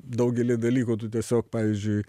daugelį dalykų tiesiog pavyzdžiui